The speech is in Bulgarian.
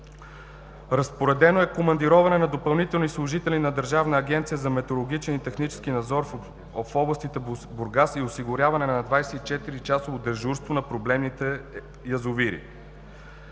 разпоредено е командироване на допълнителни служители на Държавната агенция за метрологичен и технически надзор в област Бургас и осигуряване на 24-часово дежурство на проблемните язовири.